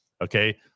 Okay